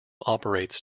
operates